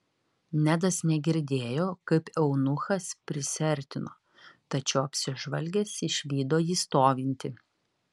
nedas negirdėjo kaip eunuchas prisiartino tačiau apsižvalgęs išvydo jį stovintį